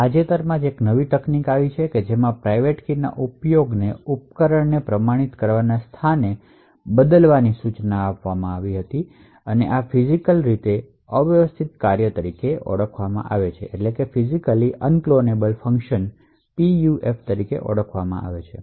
તદ્દન તાજેતરમાં એક નવી તકનીક આવી છે જેમાં ઉપકરણને પ્રમાણિત કરવા પ્રાઇવેટ કીના ઉપયોગ થતો નથી આને ફિજિકલી અનક્લોનેબલ ફંકશન તરીકે ઓળખવામાં આવે છે